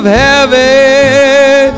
heaven